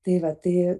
tai vat tai